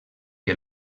que